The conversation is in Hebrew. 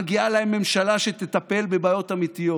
מגיעה להם ממשלה שתטפל בבעיות אמיתיות,